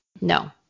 no